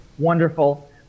Wonderful